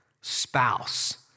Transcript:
spouse